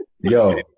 Yo